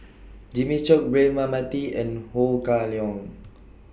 Jimmy Chok Braema Mathi and Ho Kah Leong